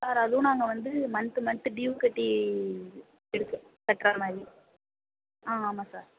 sir அதுவும் நாங்கள் வந்து மந்த்து மந்த்து டியூ கட்டி எடுக்க கட்டுறா மாதிரி ஆ ஆமாம் சார்